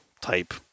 type